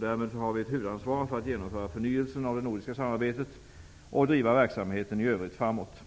Därmed har vi ett huvudansvar för att genomföra förnyelsen av det nordiska samarbetet och driva verksamheten i övrigt framåt.